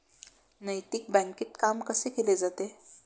नैतिक बँकेत काम कसे केले जाते?